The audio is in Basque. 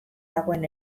dagoen